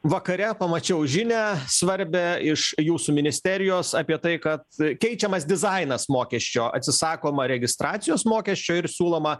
vakare pamačiau žinią svarbią iš jūsų ministerijos apie tai kad keičiamas dizainas mokesčio atsisakoma registracijos mokesčio ir siūloma